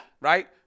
Right